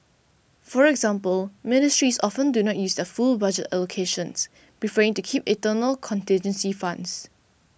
for example ministries often do not use their full budget allocations preferring to keep internal contingency funds